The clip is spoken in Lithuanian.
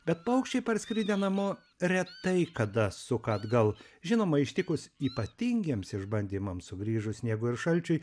bet paukščiai parskridę namo retai kada suka atgal žinoma ištikus ypatingiems išbandymams sugrįžus sniegui ir šalčiui